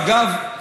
אגב,